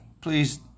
Please